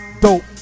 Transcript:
dope